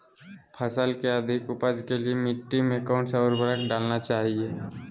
फसल के अधिक उपज के लिए मिट्टी मे कौन उर्वरक डलना चाइए?